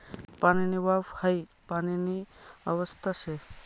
पाणीनी वाफ हाई पाणीनी अवस्था शे